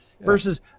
versus